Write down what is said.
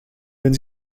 wenn